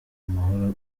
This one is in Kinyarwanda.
amahoro